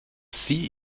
sie